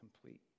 complete